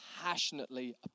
passionately